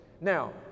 Now